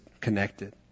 connected